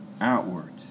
outward